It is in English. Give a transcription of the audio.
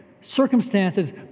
circumstances